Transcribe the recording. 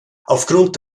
aufgrund